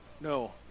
no